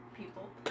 people